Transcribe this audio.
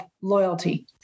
loyalty